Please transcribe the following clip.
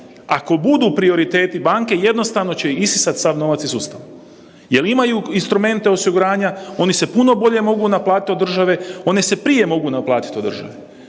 ako budu prioriteti banke jednostavno će isisat sav novac iz sustava jel imaju instrumente osiguranja, oni se puno bolje mogu naplatiti od države, oni se mogu prije naplatit od države.